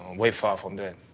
way far from that.